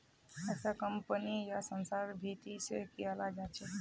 ऐसा कम्पनी या संस्थार भीती से कियाल जा छे